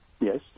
Yes